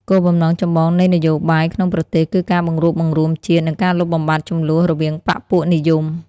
គោលបំណងចម្បងនៃនយោបាយក្នុងប្រទេសគឺការបង្រួបបង្រួមជាតិ និងការលុបបំបាត់ជម្លោះរវាងបក្សពួកនិយម។